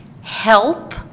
help